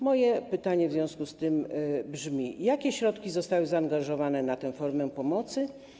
Moje pytania w związku z tym brzmią: Jakie środki zostały zaangażowane w tę formę pomocy?